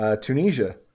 Tunisia